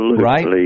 right